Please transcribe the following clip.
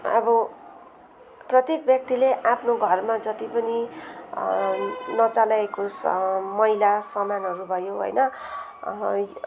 अब प्रत्येक व्यक्तिले आफ्नो घरमा जति पनि नचलाएको स मैला सामानहरू भयो हैन